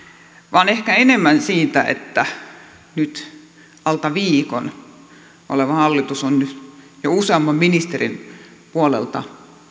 vaan ehkä enemmän sillä että alta viikon oleva hallitus on nyt jo useamman ministerin puolelta